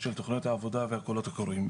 של תוכניות העבודה והקולות הקוראים.